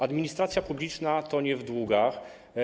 Administracja publiczna tonie w długach.